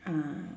ah